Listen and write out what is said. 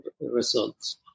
results